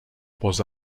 was